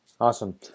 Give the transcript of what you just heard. awesome